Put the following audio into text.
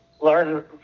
learn